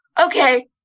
Okay